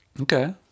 Okay